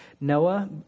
Noah